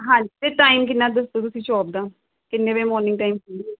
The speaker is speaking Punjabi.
ਹਾਂਜੀ ਅਤੇ ਟਾਈਮ ਕਿੰਨਾ ਦੱਸੋ ਤੁਸੀਂ ਸ਼ੋਪ ਦਾ ਕਿੰਨੇ ਵਜੇ ਮੋਰਨਿੰਗ ਟਾਈਮ